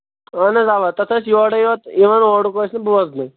اَہن حظ اَوا تَتھ ٲسۍ یورَے یوت یِوان اورُک ٲسۍ نہٕ بوزنٕے